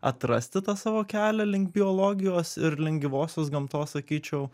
atrasti tą savo kelią link biologijos ir link gyvosios gamtos sakyčiau